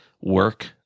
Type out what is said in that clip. work